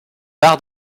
tard